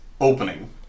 opening